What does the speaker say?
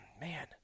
man